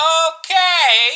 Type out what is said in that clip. okay